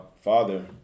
father